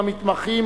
המתמחים,